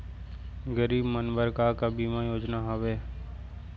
गरीब मन बर का का बीमा योजना हावे?